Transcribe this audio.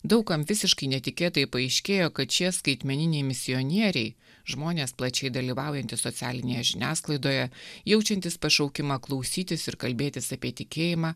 daug kam visiškai netikėtai paaiškėjo kad šie skaitmeniniai misionieriai žmonės plačiai dalyvaujantys socialinėje žiniasklaidoje jaučiantys pašaukimą klausytis ir kalbėtis apie tikėjimą